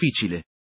difficile